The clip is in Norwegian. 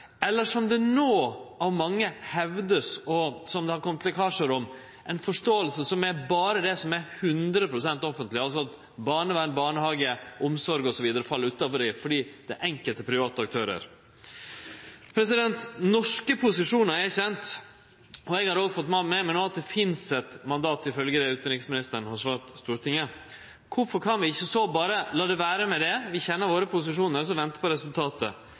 det at det gjeld berre det som er 100 pst. offentleg, altså at barnevern, barnehage, omsorg osv. fell utanfor fordi det er enkelte private aktørar der? Norske posisjonar er kjende. Eg har òg fått med meg no at det finst eit mandat, ifølgje det utanriksministeren har svart Stortinget. Kvifor kan vi ikkje så berre late det vere med det – vi kjenner våre posisjonar – og så vente på resultatet?